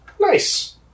Nice